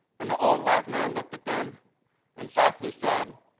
and the old wise man looked at them and softly said,